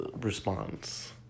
response